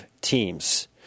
teams